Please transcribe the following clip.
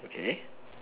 okay